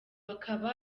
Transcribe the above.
akaba